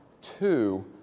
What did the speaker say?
Two